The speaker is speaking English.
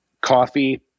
coffee